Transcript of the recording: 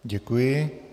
Děkuji.